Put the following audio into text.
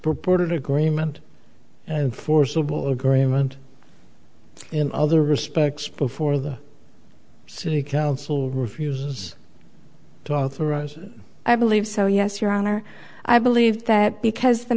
purported agreement and forcible agreement in other respects before the city council refuses to authorize i believe so yes your honor i believe that because the